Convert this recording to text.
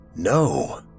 No